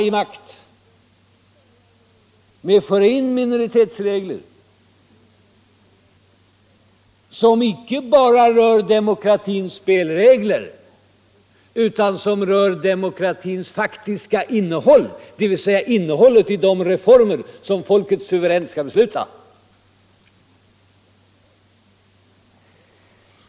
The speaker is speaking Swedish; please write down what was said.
Vi kan inte föra in minoritetsregler som icke bara rör demokratins spelregler utan som rör demokratins faktiska innehåll, dvs. innehållet i de reformer som folket suveränt skall besluta.